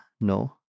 no